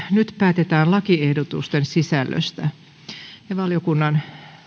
nyt päätetään lakiehdotusten sisällöstä valiokunnan